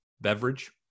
beverage